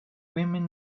women